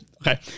Okay